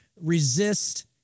resist